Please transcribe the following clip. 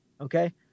okay